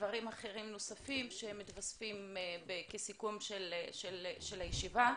ודברים נוספים שמתווספים בסיכום של הישיבה.